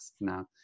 now